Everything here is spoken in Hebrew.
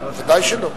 ודאי שלא.